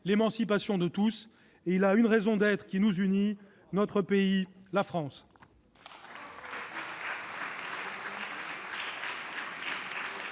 l'émancipation de tous ; et il a une raison d'être qui nous unit : notre pays, la France